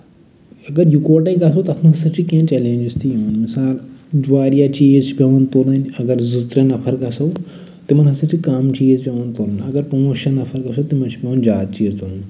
اَگر اَکہٕ وَٹے گژھو تَتھ منٛز ہسا چھِ چٮ۪لٮ۪نجٔس تہِ یِوان مِثال واریاہ چیٖز چھ پٮ۪وان تُلٕنۍ اگر زٕ ترے نَفر گژھو تِمَن ہسا چھِ کَم چیٖز پٮ۪وان تُلٕنۍ اَگر پانٛژھ شیٚے نَفر گژھو تِمَن چھِ پٮ۪وان زیادٕ چیٖز تُلٕنۍ